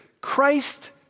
Christ